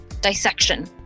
dissection